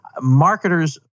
marketers